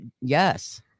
Yes